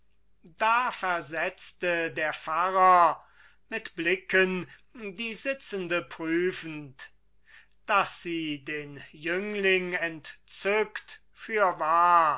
da versetzte der pfarrer mit blicken die sitzende prüfend daß sie den jüngling entzückt fürwahr